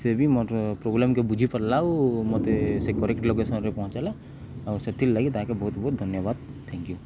ସେ ବି ମୋର ପ୍ରୋବ୍ଲେମ୍କୁ ବୁଝିପାରିଲା ଆଉ ମୋତେ ସେ କରେକ୍ଟ ଲୋକେସନ୍ରେ ପହଞ୍ଚେଇଲା ଆଉ ସେଥିର୍ଲାଗି ତାହାକେ ବହୁତ ବହୁତ ଧନ୍ୟବାଦ ଥ୍ୟାଙ୍କ ୟୁ